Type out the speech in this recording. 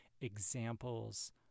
examples